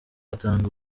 atanga